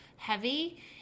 heavy